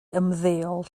ymddeol